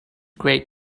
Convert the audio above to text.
great